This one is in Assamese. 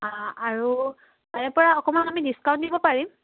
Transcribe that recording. আৰু তাৰপৰা অকণমান আমি ডিচকাউণ্ট পাৰিম